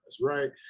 right